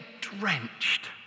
drenched